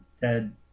ted